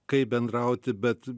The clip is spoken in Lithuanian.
kaip bendrauti bet